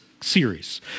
series